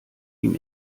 ihm